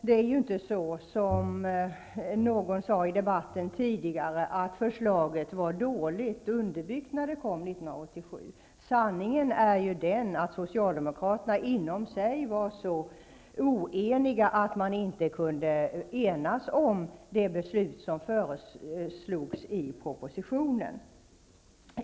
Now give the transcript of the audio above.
Det är ju inte så, som någon sade i debatten tidigare, att förslaget var dåligt underbyggt när det det kom 1987. Sanningen är den att socialdemokraterna inbördes var så oeniga att man inte kunde enas om det beslut som lades fram i propositionen.